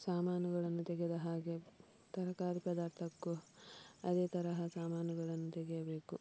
ಸಾಮಾನುಗಳನ್ನು ತೆಗೆದ ಹಾಗೆ ತರಕಾರಿ ಪದಾರ್ಥಕ್ಕೂ ಅದೇ ತರಹ ಸಾಮಾನುಗಳನ್ನು ತೆಗೆಯಬೇಕು